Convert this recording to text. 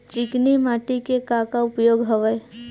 चिकनी माटी के का का उपयोग हवय?